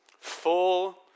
Full